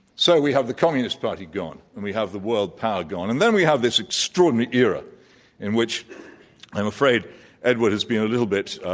so we have the communist party gone, and we have the world power gone. and then we have this extraordinary era in which i'm afraid edward has been a little bit,